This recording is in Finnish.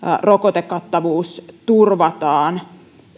rokotekattavuus turvataan